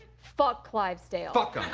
fuck clivesdale! fuck em!